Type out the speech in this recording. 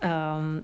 um